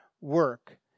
work